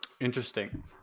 interesting